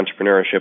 entrepreneurship